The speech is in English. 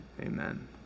Amen